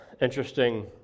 interesting